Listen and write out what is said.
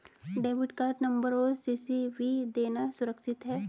Debit card number और CVV देना सुरक्षित है?